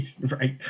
Right